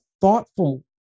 thoughtful